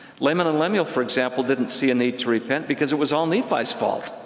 laman and lemuel, for example, didn't see a need to repent because it was all nephi's fault.